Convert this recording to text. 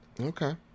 Okay